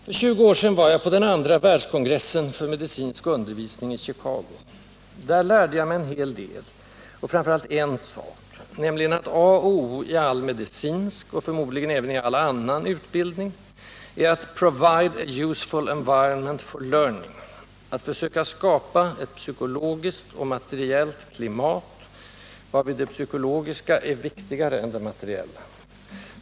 För 20 år sedan var jag på den andra världskongressen för medicinsk undervisning i Chicago. Där lärde jag mig en hel del, och framför allt en sak, nämligen att A och O i all medicinsk — och förmodligen även i all annan — utbildning är att ”provide a useful environment for learning”: att försöka skapa ett psykologiskt, och materiellt, klimat — varvid det psykologiska är viktigare än det materiella!